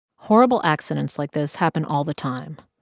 horrible accidents like this happen all the time,